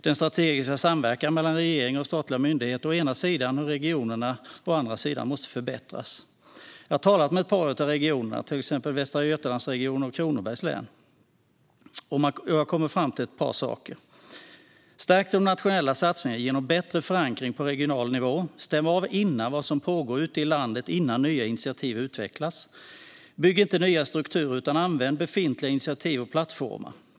Den strategiska samverkan mellan regering och statliga myndigheter å ena sidan och regionerna å andra sidan måste förbättras. Jag har talat med ett par av regionerna, till exempel Västra Götalandsregionen och Region Kronoberg, och jag har kommit fram till några saker: Stärk de nationella satsningarna genom bättre förankring på regional nivå. Stäm av vad som pågår ute i landet innan nya initiativ utvecklas. Bygg inte nya strukturer utan använd befintliga initiativ och plattformar.